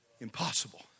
impossible